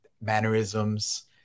mannerisms